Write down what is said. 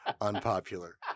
unpopular